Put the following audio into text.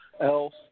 else